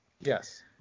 Yes